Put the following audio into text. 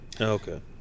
Okay